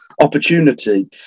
opportunity